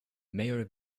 mayer